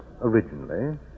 originally